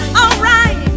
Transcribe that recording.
alright